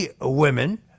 women